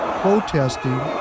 protesting